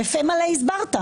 בפה מלא הסברת.